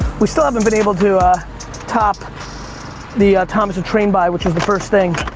we still haven't been able to ah top the thomas the train buy, which was the first thing.